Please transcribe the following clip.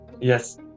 Yes